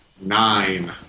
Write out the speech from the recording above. nine